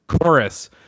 chorus